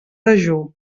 dejú